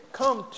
come